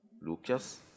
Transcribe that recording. Lucas